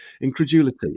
incredulity